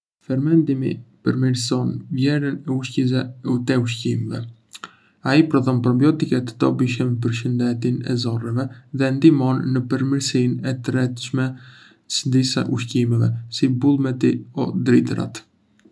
Fermentimi përmirëson vlerën ushqyese të ushqimeve. Ai prodhon probiotikë të dobishëm për shëndetin e zorrëve dhe ndihmon në përmirësimin e tretshmërisë së disa ushqimeve, si bulmeti ose drithërat.